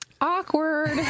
Awkward